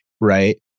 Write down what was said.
right